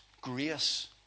grace